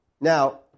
Now